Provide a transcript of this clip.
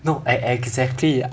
no ex~ ex~ exactly